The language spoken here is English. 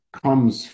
comes